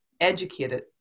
educated